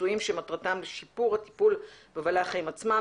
ניסויים שמטרתם לשיפור הטיפול בבעלי החיים עצמם,